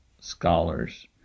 scholars